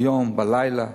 ביום, בלילה,